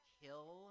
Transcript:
kill